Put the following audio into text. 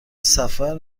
سفر